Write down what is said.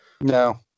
No